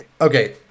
Okay